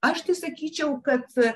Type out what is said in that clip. aš tai sakyčiau kad